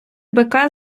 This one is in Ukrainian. бика